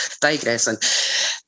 digressing